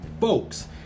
Folks